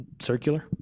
circular